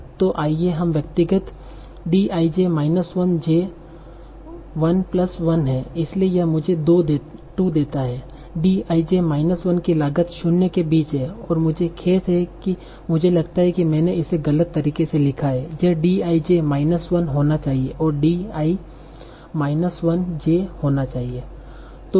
तो आइए हम व्यक्तिगत D i j minus 1 j 1 plus 1 है इसलिए यह मुझे 2 देता है D i j माइनस 1 की लागत शून्य के बीच है और मुझे खेद है कि मुझे लगता है कि मैंने इसे गलत तरीके से लिखा है यह D i j माइनस 1 होना चाहिए और D i माइनस 1 j होना चाहिए